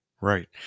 Right